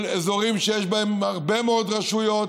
של אזורים שיש בהם הרבה מאוד רשויות,